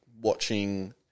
watching